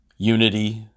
unity